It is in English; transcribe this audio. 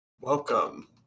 Welcome